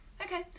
okay